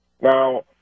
Now